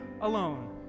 alone